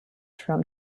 from